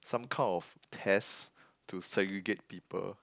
some kind of test to segregate people